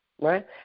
right